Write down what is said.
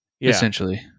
Essentially